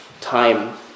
time